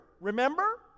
remember